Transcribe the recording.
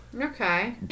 Okay